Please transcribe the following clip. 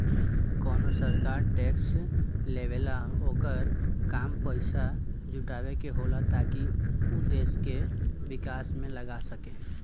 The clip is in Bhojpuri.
कवनो सरकार टैक्स लेवेला ओकर काम पइसा जुटावे के होला ताकि उ देश के विकास में लगा सके